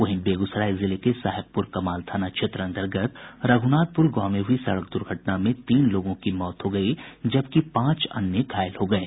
वहीं बेगूसराय जिले के साहेबपुर कमाल थाना क्षेत्र अंतर्गत रघुनाथपुर गांव में हुई सड़क दुर्घटना में तीन लोगों की मौत हो गयी जबकि पांच अन्य घायल हो गये